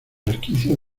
resquicios